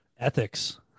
Ethics